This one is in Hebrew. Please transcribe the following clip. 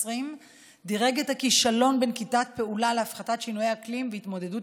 דירג את הכישלון בנקיטת פעולה להפחתת שינויי אקלים והתמודדות